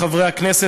חברי הכנסת,